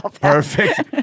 Perfect